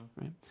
right